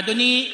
אדוני,